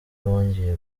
wongeye